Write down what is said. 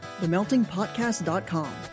TheMeltingPodcast.com